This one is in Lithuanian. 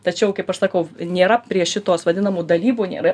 tačiau kaip aš sakau nėra prie šitos vadinamų dalybų nėra